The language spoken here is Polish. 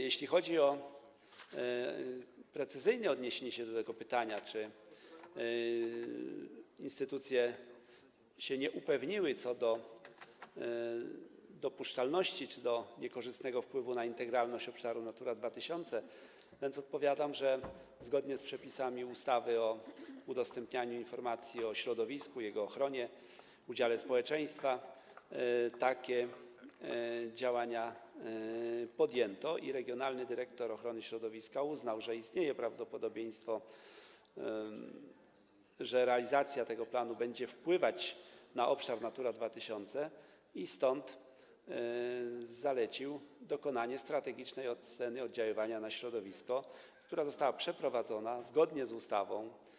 Jeśli chodzi o precyzyjne odniesienie się do pytania, dlaczego instytucje nie upewniły się co do dopuszczalności czy niekorzystnego wpływu na integralność obszaru Natura 2000, odpowiadam, że zgodnie z przepisami ustawy o udostępnianiu informacji o środowisku i jego ochronie, udziale społeczeństwa takie działania podjęto i regionalny dyrektor ochrony środowiska uznał, że istnieje prawdopodobieństwo, że realizacja tego planu będzie wpływać na obszar Natura 2000 i dlatego zalecił dokonanie strategicznej oceny oddziaływania na środowisko, która została przeprowadzona zgodnie z ustawą.